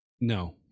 No